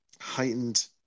heightened